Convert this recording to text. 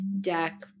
deck